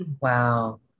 wow